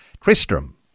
Tristram